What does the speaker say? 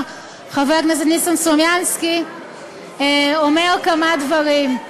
חבר הכנסת ניסן סלומינסקי אומר כמה דברים,